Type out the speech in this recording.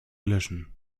löschen